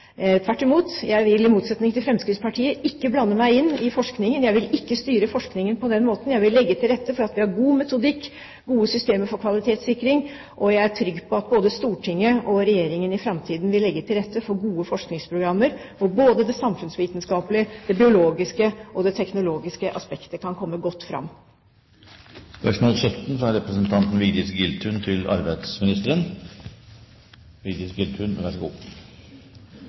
Tvert imot, jeg vil i motsetning til Fremskrittspartiet ikke blande meg inn i forskningen. Jeg vil ikke styre forskningen på den måten. Jeg vil legge til rette for at vi har en god metodikk, gode systemer for kvalitetssikring. Jeg er trygg på at både Stortinget og Regjeringen i framtiden vil legge til rette for gode forskningsprogrammer for at både det samfunnsvitenskapelige, det biologiske og det teknologiske aspektet kan komme fram. «Ifølge Aften 21. april i år blir det ikke bevilget penger som forventet til